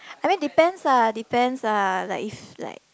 I mean depends ah depends ah like if like